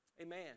Amen